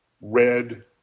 red